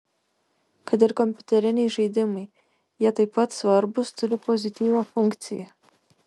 kad ir kompiuteriniai žaidimai jie taip pat svarbūs turi pozityvią funkciją